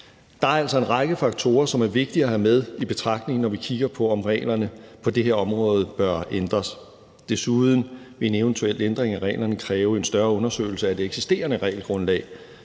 Der er altså en række faktorer, som er vigtige at have med i betragtning, når vi kigger på, om reglerne på det her område bør ændres. Desuden vil en eventuel ændring af reglerne kræve en større undersøgelse af det eksisterende regelgrundlag.